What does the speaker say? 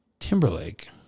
Timberlake